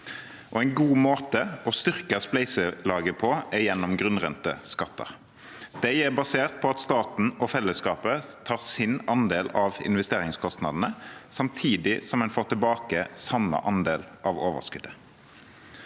En god måte å styrke spleiselaget på er gjennom grunnrenteskatter. De er basert på at staten og fellesskapet tar sin andel av investeringskostnadene, samtidig som en får tilbake samme andel av overskuddet.